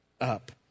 Up